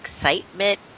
excitement